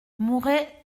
mouret